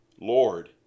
Lord